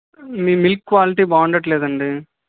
మీ milk quality బాగుండడం లేదండి